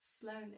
slowly